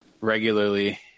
regularly